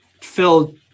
Phil